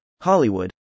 Hollywood